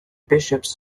bishops